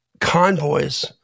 convoys